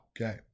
Okay